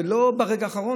ולא ברגע האחרון,